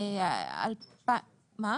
--- 2,700.